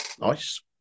Nice